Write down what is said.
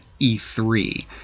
E3